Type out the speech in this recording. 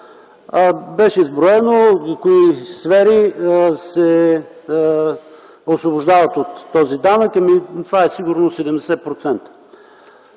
Беше изброено кои сфери се освобождават от този данък, те са сигурно